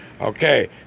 Okay